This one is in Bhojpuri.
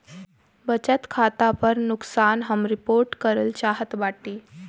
बचत खाता पर नुकसान हम रिपोर्ट करल चाहत बाटी